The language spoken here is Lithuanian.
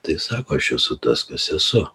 tai sako aš esu tas kas esu